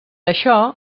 això